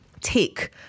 take